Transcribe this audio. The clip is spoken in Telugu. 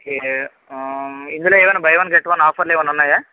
ఓకే ఆ ఇందులో ఏవన్నా బై వన్ గెట్ వన్ ఆఫర్లు ఏమన్నా ఉన్నాయా